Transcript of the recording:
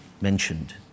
mentioned